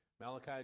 Malachi